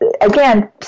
again